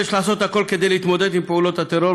ויש לעשות הכול כדי להתמודד עם פעולות הטרור,